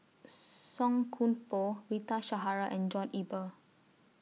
Song Koon Poh Rita Zahara and John Eber